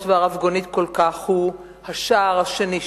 והרבגונית כל כך הוא השער השני שבו,